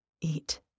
eat